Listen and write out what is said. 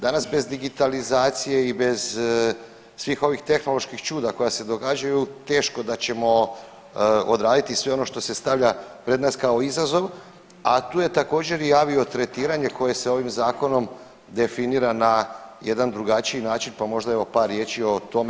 Danas bez digitalizacije i bez svih ovih tehnoloških čuda koja se događaju teško da ćemo odraditi sve ono što se stavlja pred nas kao izazov, a tu je također i aviotretiranje koje se ovim zakonom definira na jedan drugačiji način, pa možda evo par riječi o tome.